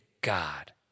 god